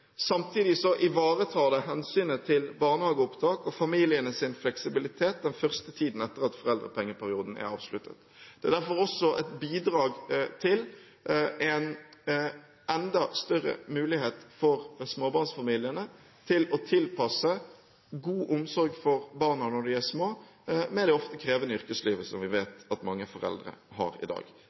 Samtidig ivaretar det hensynet til barnehageopptak og familienes fleksibilitet den første tiden etter at foreldrepengeperioden er avsluttet. Det er derfor også et bidrag til en enda større mulighet for småbarnsfamiliene til å tilpasse god omsorg for barna når de er små, til det ofte krevende yrkeslivet som vi vet mange foreldre har i dag.